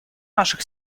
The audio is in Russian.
наших